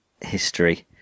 history